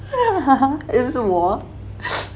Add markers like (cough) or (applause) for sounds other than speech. (laughs) 那个是我